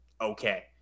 okay